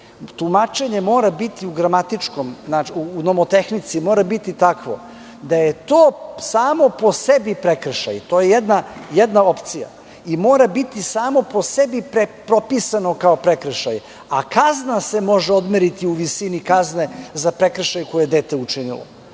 tumačenje mora biti u gramatičkom u tehnici, mora biti takvo, da je to samo po sebi prekršaj. To je jedna od opcija, i mora biti samo po sebi propisano kao prekršaj, a kazna se može odmeriti u visini kazne za prekršaj koji je dete učinilo,